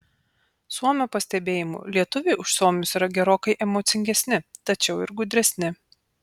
suomio pastebėjimu lietuviai už suomius yra gerokai emocingesni tačiau ir gudresni